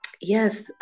yes